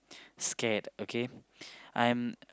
scared okay I'm